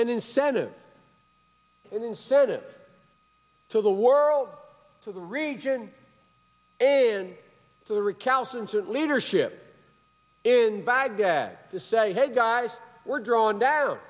an incentive an incentive to the world to the region and to the recalcitrant leadership in baghdad to say hey guys we're drawing down